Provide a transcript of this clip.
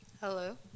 Hello